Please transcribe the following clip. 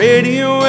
Radio